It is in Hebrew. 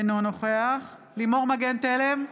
אינו נוכח לימור מגן תלם,